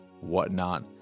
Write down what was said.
whatnot